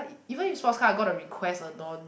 even if sports car got to request a non